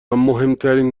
مهمترین